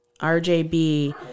RJB